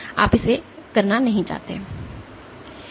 आप इसे करना नहीं चाहते हैं